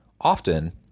often